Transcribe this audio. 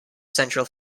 central